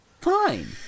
Fine